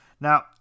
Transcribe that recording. Now